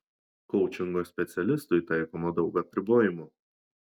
koučingo specialistui taikoma daug apribojimų